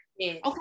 Okay